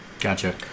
Gotcha